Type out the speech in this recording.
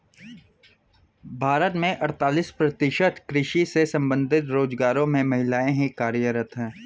भारत के अड़तालीस प्रतिशत कृषि से संबंधित रोजगारों में महिलाएं ही कार्यरत हैं